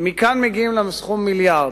מכאן מגיעים לסכום מיליארד.